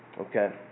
Okay